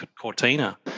Cortina